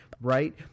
right